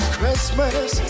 Christmas